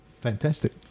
Fantastic